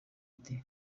ati